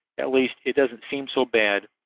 at least, it doesn't seem so bad,